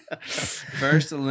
First